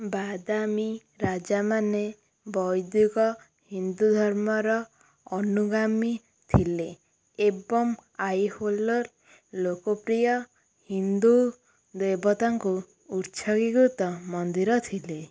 ବାଦାମି ରାଜାମାନେ ବୈଦିକ ହିନ୍ଦୁ ଧର୍ମର ଅନୁଗାମୀ ଥିଲେ ଏବଂ ଆଇହୋଲର ଲୋକପ୍ରିୟ ହିନ୍ଦୁ ଦେବତାଙ୍କୁ ଉତ୍ସର୍ଗୀକୃତ ମନ୍ଦିର ଥିଲେ